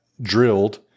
drilled